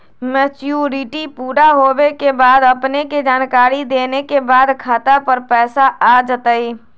Maturity पुरा होवे के बाद अपने के जानकारी देने के बाद खाता पर पैसा आ जतई?